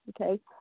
okay